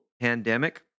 pandemic